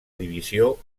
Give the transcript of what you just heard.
divisió